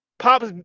Pops